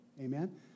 amen